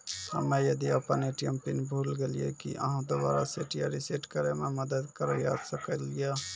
हम्मे यदि अपन ए.टी.एम पिन भूल गलियै, की आहाँ दोबारा सेट या रिसेट करैमे मदद करऽ सकलियै?